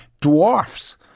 dwarfs